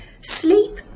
Sleep